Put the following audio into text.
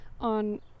on